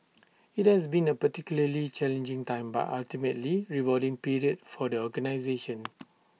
IT has been A particularly challenging time but ultimately rewarding period for the organisation